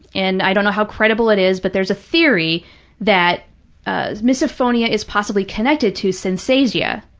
and i don't know how credible it is, but there's a theory that ah misophonia is possibly connected to synesthesia,